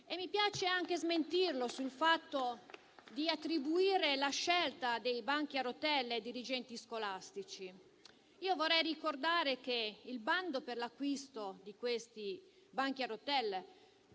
Mi piace anche smentirlo sul fatto di attribuire la scelta dei banchi a rotelle ai dirigenti scolastici. Vorrei ricordare che il bando per l'acquisto dei questi banchi a rotelle